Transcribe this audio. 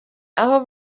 aho